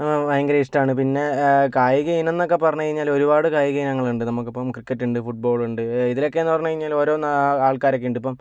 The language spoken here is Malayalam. ഭയങ്കര ഇഷ്ടമാണ് പിന്നെ കായിക ഇനമെന്നൊക്കെ പറഞ്ഞാൽ ഒരുപാട് കായിക ഇനങ്ങളുണ്ട് നമുക്കിപ്പോൾ ക്രിക്കറ്റ് ഉണ്ട് ഫുട്ബോൾ ഉണ്ട് ഇതിലൊക്കെയെന്ന് പറഞ്ഞു കഴിഞ്ഞാൽ ഓരോന്ന് ആൾക്കാരൊക്കെ ഉണ്ട് ഇപ്പോൾ